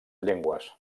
llengües